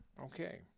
okay